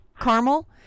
caramel